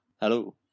hello